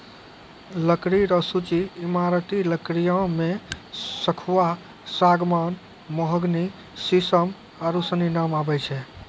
लकड़ी रो सूची ईमारती लकड़ियो मे सखूआ, सागमान, मोहगनी, सिसम आरू सनी नाम आबै छै